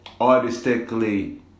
Artistically